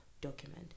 document